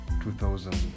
2000